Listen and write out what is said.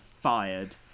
fired